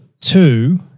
two